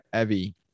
evie